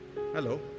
hello